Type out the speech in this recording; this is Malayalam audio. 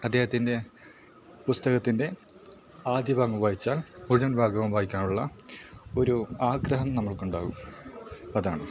അദ്ദേഹത്തിൻ്റെ പുസ്തകത്തിൻ്റെ ആദ്യ ഭാഗം വായിച്ചാൽ മുഴുവൻ ഭാഗവും വായിക്കാനുള്ള ഒരു ആഗ്രഹം നമുക്കുണ്ടാവും അതാണ്